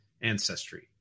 ancestry